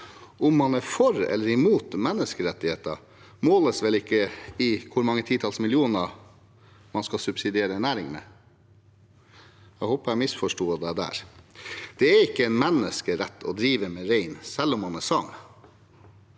Om man er for eller mot menneskerettigheter, måles vel ikke i hvor mange titalls millioner man skal subsidiere en næring med. Jeg håper jeg misforsto ham der. Det er ikke en menneskerett å drive med rein, selv om man er same.